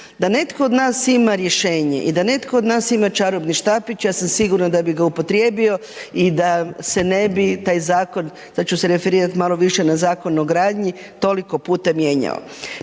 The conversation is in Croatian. Da netko od nas ima rješenje i da netko od nas ima čarobni štapić, ja sam sigurna da bi ga upotrijebio i da se ne bi taj zakon, sad ću se referirat malo više na Zakon o gradnji, toliko puta mijenjao.